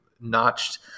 notched